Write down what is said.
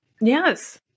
Yes